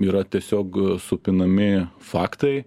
yra tiesiog supinami faktai